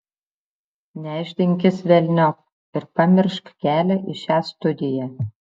nešdinkis velniop ir pamiršk kelią į šią studiją